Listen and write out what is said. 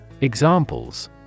Examples